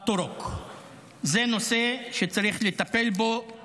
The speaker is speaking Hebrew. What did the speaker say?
זה נושא שצריך לטפל בו